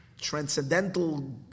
transcendental